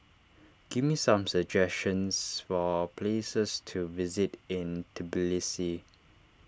give me some suggestions for places to visit in Tbilisi